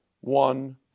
one